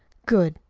good!